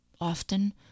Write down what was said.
Often